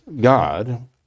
god